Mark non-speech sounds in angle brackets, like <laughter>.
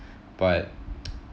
but <noise>